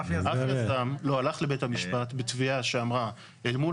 אף יזם לא הלך לבית המשפט בתביעה שאמרה אל מול